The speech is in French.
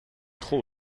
trop